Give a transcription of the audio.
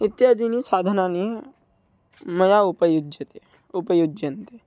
इत्यादीनि साधनानि मया उपयुज्यन्ते उपयुज्यन्ते